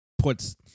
puts